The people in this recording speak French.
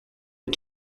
les